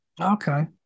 Okay